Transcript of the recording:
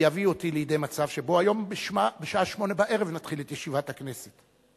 יביא אותי לידי מצב שבו היום בשעה 20:00 נתחיל את ישיבת הכנסת.